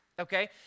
okay